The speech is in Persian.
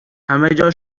همهجا